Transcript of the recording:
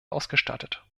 ausgestattet